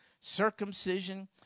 circumcision